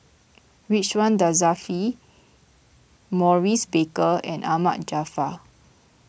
Ridzwan Dzafir Maurice Baker and Ahmad Jaafar